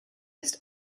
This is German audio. ist